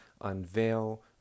Unveil